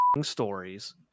stories